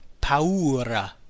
paura